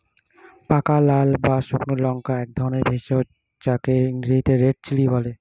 পাকা লাল বা শুকনো লঙ্কা একধরনের ভেষজ যাকে ইংরেজিতে রেড চিলি বলে